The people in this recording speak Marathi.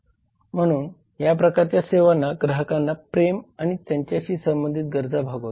म्हणून या प्रकारच्या सेवा ग्राहकांना प्रेम आणि त्यांच्याशी संबंधित गरजा भागवतात